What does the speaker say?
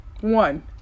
One